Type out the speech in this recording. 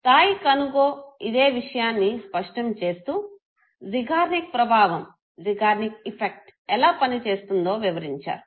Thai కనుగో ఇదే విషయాన్నీ స్పష్టం చేస్తూ జిగ్నర్నిక్ ప్రభావం ఎలా పనిచేస్తుందో వివరించారు